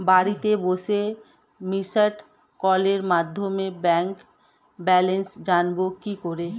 বাড়িতে বসে মিসড্ কলের মাধ্যমে ব্যাংক ব্যালেন্স জানবো কি করে?